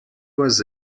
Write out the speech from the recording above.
was